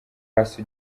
hasi